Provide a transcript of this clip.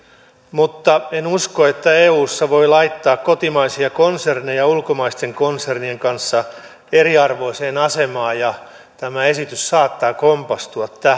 mutta en usko että eussa voi laittaa kotimaisia konserneja ulkomaisten konsernien kanssa eriarvoiseen asemaan ja tämä esitys saattaa kompastua